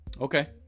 Okay